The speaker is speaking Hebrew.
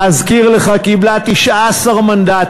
להזכיר לך, קיבלה 19 מנדטים.